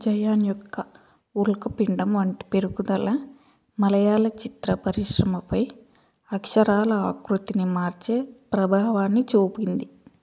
Zion యొక్క ఉల్క్ పిండం వంటి పెరుగుదల మలయాళ చిత్ర పరిశ్రమపై అక్షరాలా ఆకృతిని మార్చే ప్రభావాన్ని చూపింది